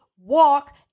walk